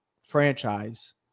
franchise